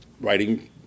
writing